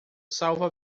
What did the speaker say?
salva